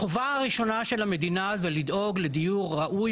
החובה הראשונה של המדינה זה לדאוג לדיור ראוי